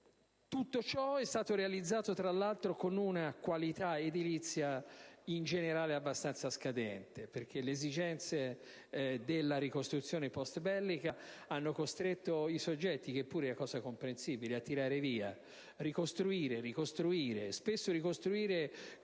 Tutto ciò è stato realizzato, tra l'altro, con una qualità edilizia in generale abbastanza scadente, perché le esigenze della ricostruzione *post*-bellica hanno costretto i soggetti - cosa comprensibile - a tirare via a costruire, ricostruire, spesso con